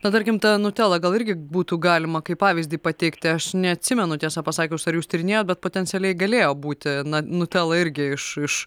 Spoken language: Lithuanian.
na tarkim tą nutelą gal irgi būtų galima kaip pavyzdį pateikti aš neatsimenu tiesą pasakius ar jūs tyrinėjoj bet potencialiai galėjo būti na nutela irgi iš